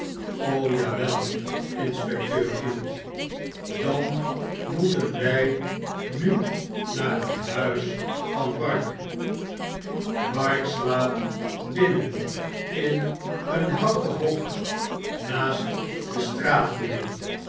ja wel inspecteur field dan moeten wfl nu naar het huis van bark bark slaapt binnen in een houten hok naast dickens de